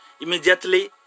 immediately